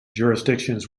jurisdictions